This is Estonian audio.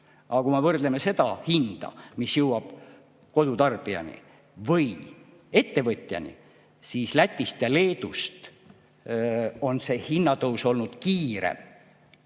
Kui me võrdleme seda hinda, mis jõuab kodutarbijani või ettevõtjani, siis Lätist ja Leedust on see hinnatõus olnud kiirem